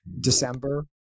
December